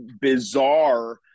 bizarre